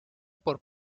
por